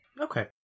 Okay